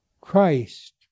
Christ